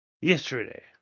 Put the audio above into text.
yesterday